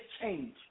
change